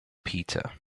peter